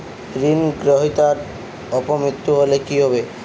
ঋণ গ্রহীতার অপ মৃত্যু হলে কি হবে?